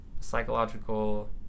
psychological